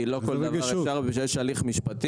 כי לא כל דבר אפשר ויש גם הליך משפטי,